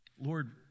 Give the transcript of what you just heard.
Lord